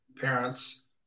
parents